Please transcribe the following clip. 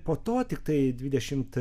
po to tiktai dvidešimt